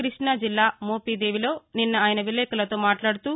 కృష్టా జిల్లా మోపిదేవిలో నిన్న ఆయన విలేకరులతో మాట్లాడుతూ